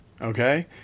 Okay